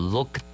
Look